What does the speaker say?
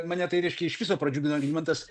mane tai reiškia iš viso pradžiugino algimantas